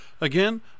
again